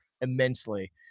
immensely